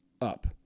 up